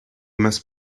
must